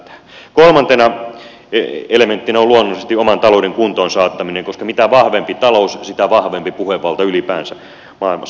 kolmantena elementtinä on luonnollisesti oman talouden kuntoonsaattaminen koska mitä vahvempi talous sitä vahvempi puhevalta ylipäänsä maailmassa